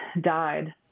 died